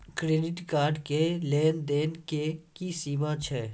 Credit card के लेन देन के की सीमा छै?